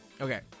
okay